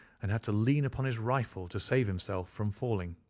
and had to lean upon his rifle to save himself from falling.